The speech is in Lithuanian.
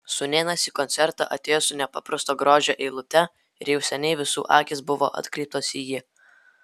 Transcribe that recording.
sūnėnas į koncertą atėjo su nepaprasto grožio eilute ir jau seniai visų akys buvo atkreiptos į jį